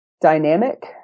dynamic